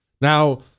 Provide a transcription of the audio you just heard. Now